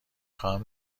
خواهم